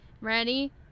ready